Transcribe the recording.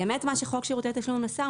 באמת מה שחוק שירותי תשלום עשה,